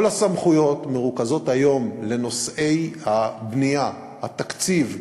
היום כל הסמכויות בנושאי הבנייה, התקציב,